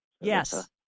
Yes